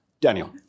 Daniel